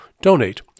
Donate